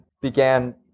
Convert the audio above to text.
began